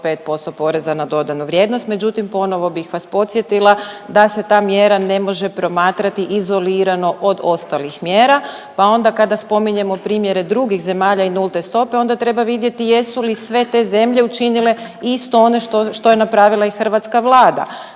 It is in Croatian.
5% poreza na dodanu vrijednost, međutim ponovo bih vas podsjetila da se ta mjera ne može promatrati izolirano od ostalih mjera pa onda kada spominjemo primjere drugih zemalja i nulte stope onda treba vidjeti jesu li sve te zemlje učinile isto ono što je napravila i hrvatska Vlada.